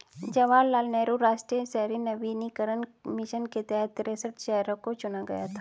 जवाहर लाल नेहरू राष्ट्रीय शहरी नवीकरण मिशन के तहत तिरेसठ शहरों को चुना गया था